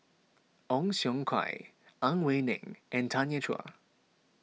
Ong Siong Kai Ang Wei Neng and Tanya Chua